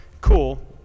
cool